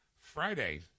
Friday